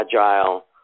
agile